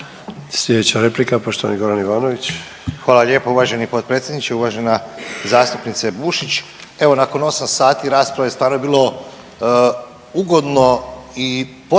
Sljedeća replika poštovani Goran Ivanović. **Ivanović, Goran (HDZ)** Hvala lijepo. Uvaženi potpredsjedniče, uvažena zastupnice Bušić. Evo nakon osam sati rasprave stvarno je bilo ugodno i poticajno